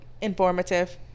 informative